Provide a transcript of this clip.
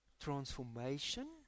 transformation